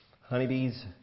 honeybees